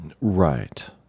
Right